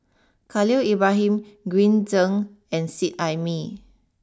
Khalil Ibrahim Green Zeng and Seet Ai Mee